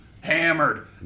Hammered